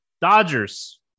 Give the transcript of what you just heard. Dodgers